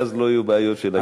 ואז לא יהיו בעיות של הגירה.